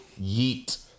Yeet